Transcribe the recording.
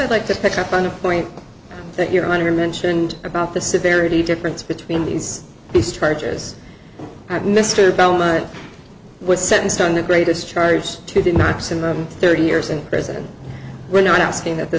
i'd like to pick up on a point that your honor mentioned about the severity difference between these these charges that mr belmont was sentenced on the greatest charge to did not thirty years in prison we're not asking that th